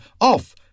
off